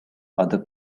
other